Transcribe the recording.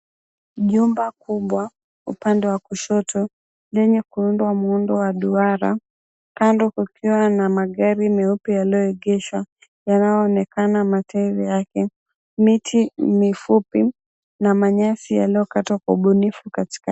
Nyumba kubwa upande wa kushoto yenye kuundwa muundo wa duara kando kukiwa na magari meupe yaliyoegeshwa yanayoonekana matairi yake. Miti mifupi na manyasi yalokatwa kwa ubunifu katika.